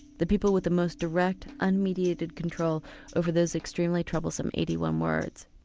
the people with the most direct, unmediated control over those extremely troublesome eighty one words.